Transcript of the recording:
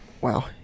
wow